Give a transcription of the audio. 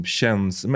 känns